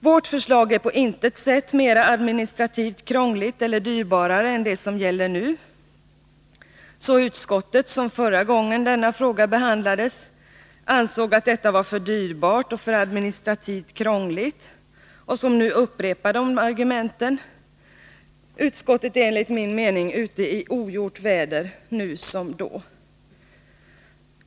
Vårt förslag är på intet sätt mera administrativt krångligt eller dyrbarare än det som gäller nu, så utskottet, som förra gången denna fråga behandlades ansåg att detta var för dyrbart och för administrativt krångligt och som nu upprepar dessa argument, är enligt min mening ute i ogjort väder nu som då.